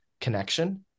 connection